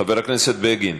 חבר הכנסת בגין,